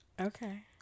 okay